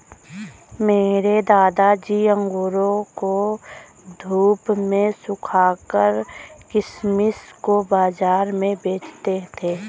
मेरे दादाजी अंगूरों को धूप में सुखाकर किशमिश को बाज़ार में बेचते थे